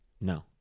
No